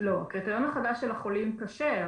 הקריטריון החדש של חולים קשה,